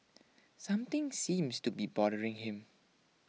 something seems to be bothering him